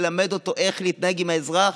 ללמד אותו איך להתנהג עם האזרח,